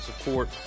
support